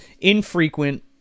infrequent